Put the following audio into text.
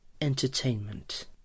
entertainment